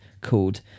called